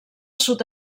sud